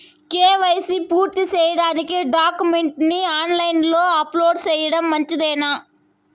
KYC పూర్తి సేయడానికి డాక్యుమెంట్లు ని ఆన్ లైను లో అప్లోడ్ సేయడం మంచిదేనా?